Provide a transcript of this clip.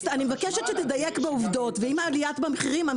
אני מבקשת שתדייק בעובדות העלייה במחירים.